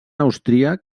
austríac